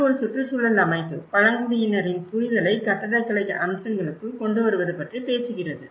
இது ஒரு சுற்றுச்சூழல் அமைப்பு பழங்குடியினரின் புரிதலை கட்டடக்கலை அம்சங்களுக்குள் கொண்டு வருவது பற்றி பேசுகிறது